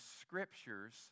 scriptures